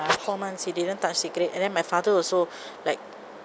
four months he didn't touch cigarette and then my father also like